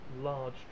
large